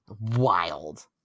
Wild